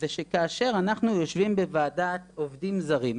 והיא שכאשר אנחנו יושבים בוועדת עובדים זרים,